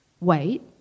wait